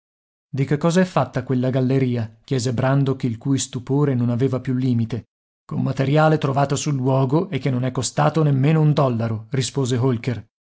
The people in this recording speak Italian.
di che cosa è fatta quella galleria chiese brandok il cui stupore non aveva più limite con materiale trovato sul luogo e che non è costato nemmeno un dollaro rispose holker